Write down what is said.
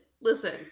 Listen